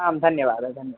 आं धन्यवादः धन्यवादः